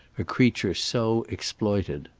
a creature so exploited.